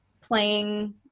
playing